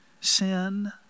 sin